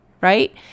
Right